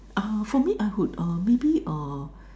ah for me I would uh maybe uh